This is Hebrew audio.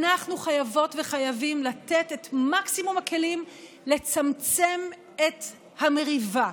אנחנו חייבות וחייבים לתת את מקסימום הכלים לצמצם את המריבה,